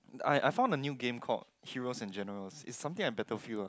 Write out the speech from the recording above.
I I found a new game called Heroes and Generals it's something like Battlefield ah